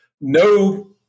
No